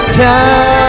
time